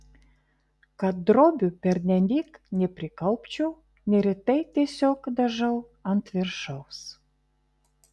kad drobių pernelyg neprikaupčiau neretai tiesiog dažau ant viršaus